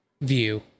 view